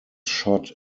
shot